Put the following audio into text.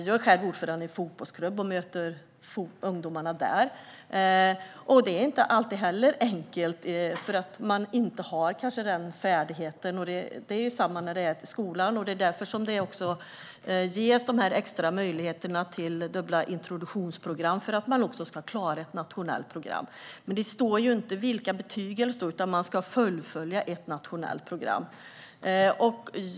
Jag är själv ordförande i en fotbollsklubb och möter ungdomarna där. Det är inte alldeles enkelt eftersom de inte alltid har denna färdighet. Detsamma gäller i skolan, och därför ges möjlighet till dubbla introduktionsprogram så att de ska klara ett nationellt program. Det står inte vilka betyg de ska men de ska fullfölja ett nationellt program.